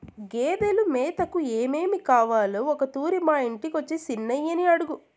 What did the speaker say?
గేదెలు మేతకు ఏమేమి కావాలో ఒకతూరి మా ఇంటికొచ్చి చిన్నయని అడుగు